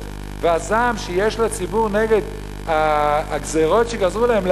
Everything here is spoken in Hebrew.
והזעם שיש לציבור על הגזירות שגזרו עליהם,